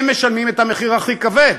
הם משלמים את המחיר הכי כבד.